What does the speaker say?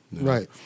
right